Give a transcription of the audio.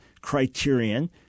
criterion